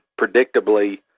predictably